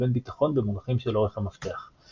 לבין ביטחון במונחים של אורך המפתח.